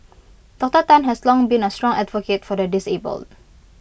Doctor Tan has long been A strong advocate for the disabled